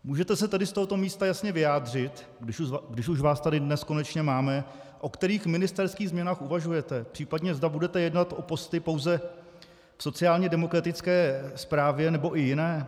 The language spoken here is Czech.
Můžete se tedy z tohoto místa jasně vyjádřit, když už vás tady dnes konečně máme, o kterých ministerských změnách uvažujete, případně zda budete jednat o postech pouze v sociálnědemokratické správě, nebo i jiných?